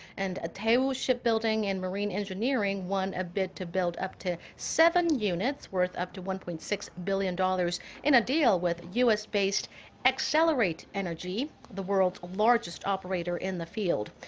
and daewoo shipbuilding and marine engineering won a bid to build up to seven units worth up to one point six billion dollars in a deal with u s. based excelerate energy, the world's largest operator in the field.